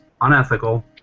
unethical